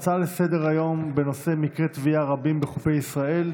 הצעות לסדר-היום בנושא: מקרי טביעה רבים בחופי ישראל,